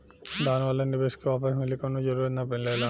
दान वाला निवेश के वापस मिले कवनो जरूरत ना मिलेला